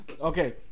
Okay